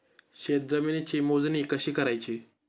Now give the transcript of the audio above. शेत जमिनीची मोजणी कशी करायची?